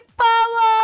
power